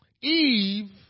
Eve